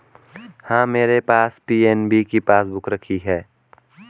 हाँ, मेरे पास पी.एन.बी की पासबुक रखी है